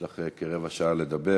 יש לך כרבע שעה לדבר.